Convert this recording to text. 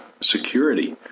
security